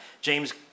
James